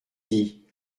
dit